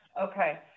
Okay